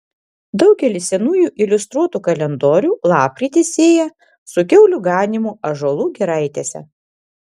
daugelis senųjų iliustruotų kalendorių lapkritį sieja su kiaulių ganymu ąžuolų giraitėse